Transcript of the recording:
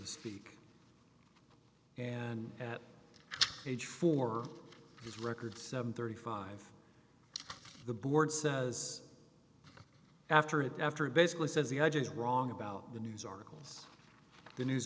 the and at age four its record seven thirty five the board says after it after it basically says the i just wrong about the news articles the news